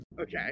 Okay